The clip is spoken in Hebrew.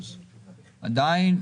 עדיין,